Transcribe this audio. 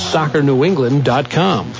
SoccerNewEngland.com